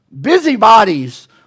busybodies